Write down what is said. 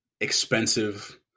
expensive